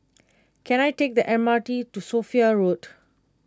can I take the M R T to Sophia Road